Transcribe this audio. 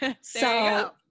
So-